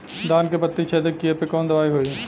धान के पत्ती छेदक कियेपे कवन दवाई होई?